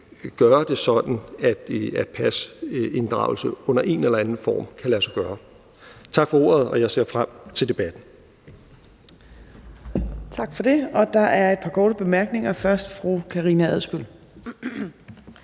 gøre det sådan, at pasinddragelse under en eller anden form kan lade sig gøre. Tak for ordet, og jeg ser frem til debatten.